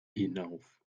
hinauf